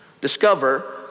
discover